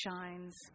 shines